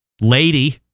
lady